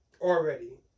already